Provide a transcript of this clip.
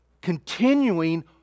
continuing